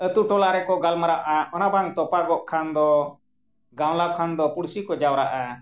ᱟᱛᱳ ᱴᱚᱞᱟ ᱨᱮᱠᱚ ᱜᱟᱞᱢᱟᱨᱟᱜᱼᱟ ᱚᱱᱟ ᱵᱟᱝ ᱛᱚᱯᱟᱜᱚᱜ ᱠᱷᱟᱱ ᱫᱚ ᱜᱟᱶᱞᱟ ᱠᱷᱟᱱ ᱫᱚ ᱯᱩᱲᱥᱤ ᱠᱚ ᱡᱟᱣᱨᱟᱜᱼᱟ